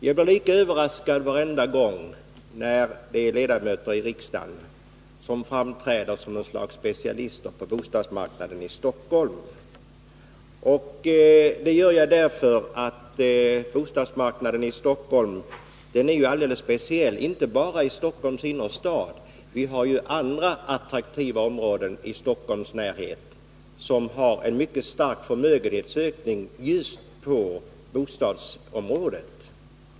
Jag blir lika överraskad varenda gång som ledamöter i riksdagen framträder som ett slags specialister på Stockholms bostadsmarknad. Bostadsmarknaden i Stockholm är ju mycket speciell, inte bara i vad avser Stockholms innerstad. Också i Stockholm närhet finns attraktiva områden, där det förekommer en mycket stark förmögenhetsökning inom bostadsägandet.